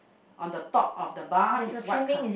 on the top of the bar is white co~